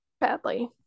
badly